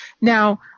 Now